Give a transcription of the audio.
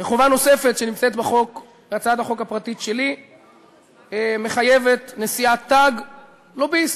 חובה נוספת שנמצאת בהצעת החוק הפרטית שלי מחייבת נשיאת תג לוביסט.